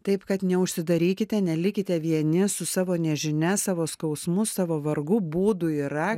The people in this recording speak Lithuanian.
taip kad neužsidarykite nelikite vieni su savo nežinia savo skausmu savo vargu būdų yra